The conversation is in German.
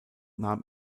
nahm